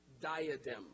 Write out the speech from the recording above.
diadem